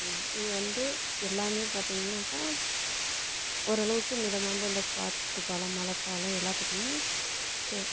இது வந்து எல்லாமே பார்த்திங்னாக்கா ஓரளவுக்கு மிதமான இந்த காற்றுகாலம் மழைக்காலம் எல்லாத்துக்குமே ஸ்ஷூ